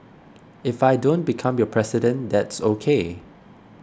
if I don't become your president that's ok